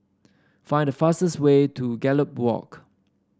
find the fastest way to Gallop Walk